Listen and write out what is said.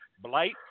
Blight